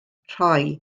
rhoi